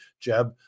Jeb